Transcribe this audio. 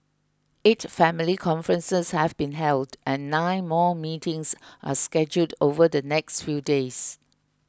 eight family conferences have been held and nine more meetings are scheduled over the next few days